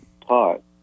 taught